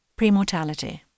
Premortality